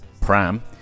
Pram